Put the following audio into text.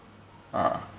uh